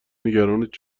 نگرانت